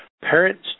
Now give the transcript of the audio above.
Parents